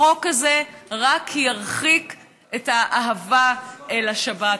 החוק הזה רק ירחיק את האהבה אל השבת,